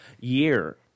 year